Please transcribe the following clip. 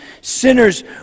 Sinners